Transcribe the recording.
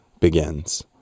begins